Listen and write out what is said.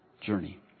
journey